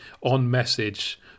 on-message